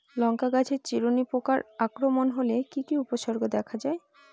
লঙ্কা গাছের চিরুনি পোকার আক্রমণ হলে কি কি উপসর্গ দেখা যায়?